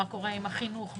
מה קורה עם החינוך,